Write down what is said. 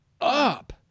up